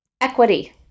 Equity